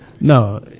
No